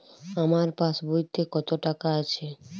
আমার পাসবইতে কত টাকা আছে?